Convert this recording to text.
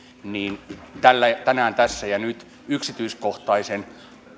niin tänään tässä ja nyt on yksityiskohtaisen